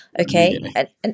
okay